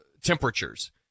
temperatures